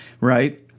right